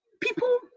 people